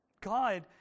God